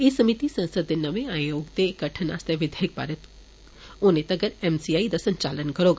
एह समिति संसद दे नमें आयोग दे गठन आस्तै विधेयक पारित होने तक्कर एम सी आई दा संचालन करौग